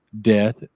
death